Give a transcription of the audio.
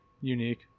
unique